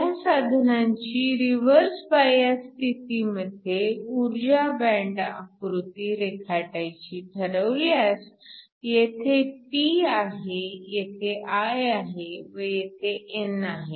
ह्या साधनांची reverse bias स्थितीमध्ये ऊर्जा बँड आकृती रेखाटायची ठरविल्यास येथे p आहे येथे i आहे व येथे n आहे